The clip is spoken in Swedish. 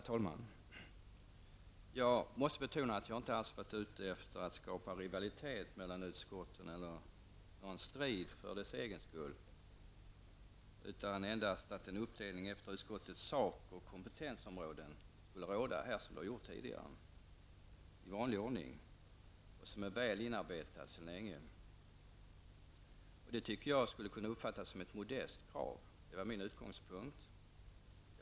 Herr talman! Jag måste betona att jag inte alls har varit ute efter att skapa rivalitet mellan utskotten eller att föra en strid för dess egen skull. Avsikten har endast varit att det som tidigare skulle bli en uppdelning med hänsyn till utskottens sak och kompetensområden. Det är en ordning som är inarbetad sedan lång tid tillbaka. Enligt min mening borde detta kunna uppfattas som ett modest krav. Detta var min utgångspunkt.